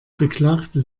beklagte